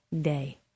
day